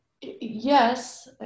yes